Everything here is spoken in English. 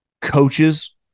coaches